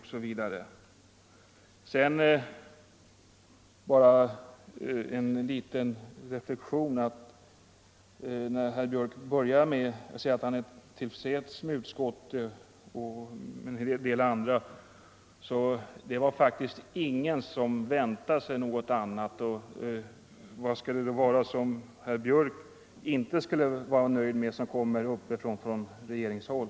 Jag vill till slut bara göra en liten reflexion. Herr Gustafsson inledde med att säga att han var tillfreds med utskottet. Det var faktiskt ingen som väntade sig något annat. Vad skulle herr Gustafsson inte vara nöjd med i det som kommer från regeringshåll?